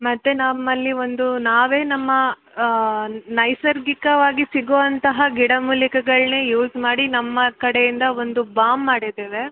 ಮತ್ತು ನಮ್ಮಲ್ಲಿ ಒಂದು ನಾವೇ ನಮ್ಮ ನೈಸರ್ಗಿಕವಾಗಿ ಸಿಗುವಂತಹ ಗಿಡ ಮೂಲಿಕೆಗಳನ್ನೇ ಯೂಸ್ ಮಾಡಿ ನಮ್ಮ ಕಡೆಯಿಂದ ಒಂದು ಬಾಮ್ ಮಾಡಿದ್ದೇವೆ